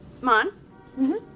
Mon